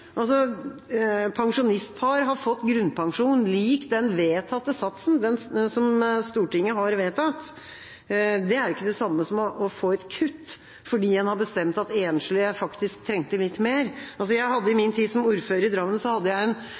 Pensjonistpar har fått grunnpensjon lik den vedtatte satsen som Stortinget har vedtatt. Det er jo ikke det samme som å få et kutt, fordi en har bestemt at enslige trengte litt mer. Jeg hadde i min tid som ordfører i Drammen en varaordfører som hadde godtgjørelse lik 20 pst. av min godtgjørelse som ordfører. Jeg